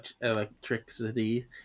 electricity